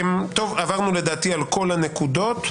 עברנו לדעתי על כל הנקודות.